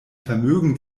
vermögen